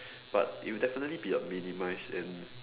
but it will definitely be a minimise and